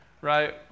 right